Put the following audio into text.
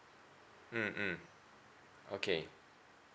mm mm okay